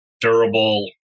durable